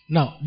Now